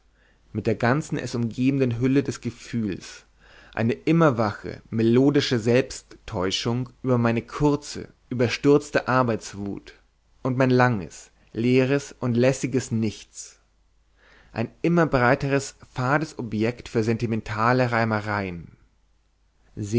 mit der ganzen es umgebenden hülle des gefühls eine immer wache melodische selbsttäuschung über meine kurze überstürzte arbeitswut und mein langes leeres und lässiges nichts ein immer bereites fades objekt für sentimentale